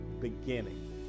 beginning